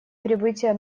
прибытия